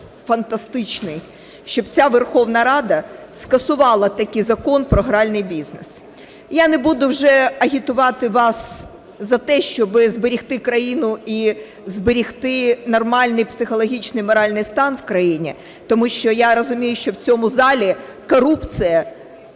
фантастичний, щоб ця Верховна Рада скасувала таки Закон про гральний бізнес. Я не буду вже агітувати вас за те, щоб зберегти країну і зберегти нормальний психологічний моральний стан в країні, тому що я розумію, що в цьому залі корупція,